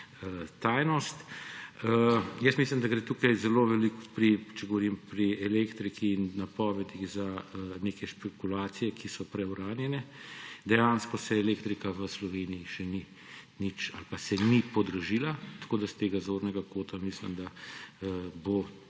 tajnost. Mislim, da gre tukaj zelo veliko, če govorim pri elektriki in napovedih, za neke špekulacije, ki so preuranjene. Dejansko se elektrika v Sloveniji še ni nič ali pa se ni podražila. S tega zornega kota mislim, da bo